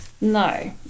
No